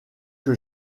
que